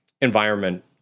environment